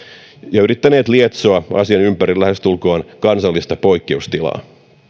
ja yrittäneet lietsoa asian ympärille lähestulkoon kansallista poikkeustilaa